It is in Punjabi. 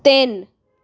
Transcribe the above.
ਤਿੰਨ